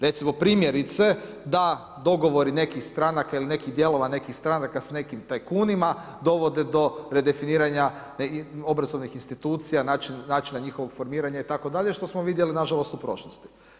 Recimo primjerice da dogovori nekih stranaka ili nekih dijelova nekih stranaka s nekim tajkunima dovode do redefiniranja obrazovnih institucija, načina njihovog formiranja itd. što smo vidjeli nažalost u prošlosti.